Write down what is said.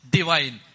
Divine